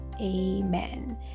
amen